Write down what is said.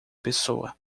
pessoa